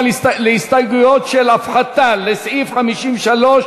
ההסתייגויות לסעיף 53,